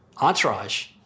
Entourage